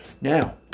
Now